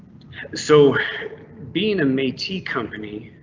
so being a mattie company,